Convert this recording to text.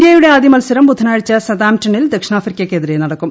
ഇന്ത്യയുടെ ആദ്യ മത്സരം ബുധനാഴ്ച സതാംപ്ടണ്ണിൽ ദക്ഷിണാഫ്രിക്കക്കെതിരെ നടക്കും